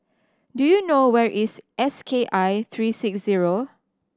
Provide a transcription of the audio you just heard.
do you know where is S K I three six zero